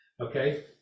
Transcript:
Okay